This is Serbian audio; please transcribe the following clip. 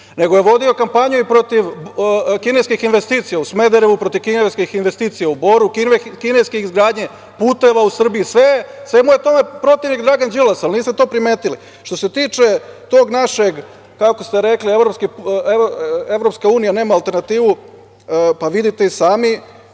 nego je vodio kampanju i protiv kineskih investicija u Smederevu, protiv kineskih investicija u Boru, kineske izgradnje puteva u Srbiji, svemu tome je protivnik Dragan Đilas, ali niste to primetili. Što se tiče tog našeg, kako ste rekli, „Evropska unija nema alternativu“, pa vidite i sami